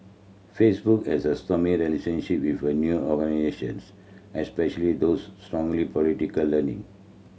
Facebook has a stormy relationship with new organisations especially those strong political leaning